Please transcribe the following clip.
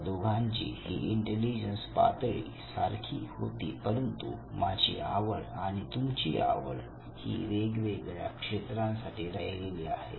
आपल्या दोघांची ही इंटेलिजन्स पातळी ही सारखी होती परंतु माझी आवड आणि तुमची आवड ही वेगवेगळ्या क्षेत्रांसाठी राहिलेली आहे